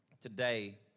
today